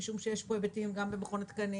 משום שיש פה היבטים גם למכון התקנים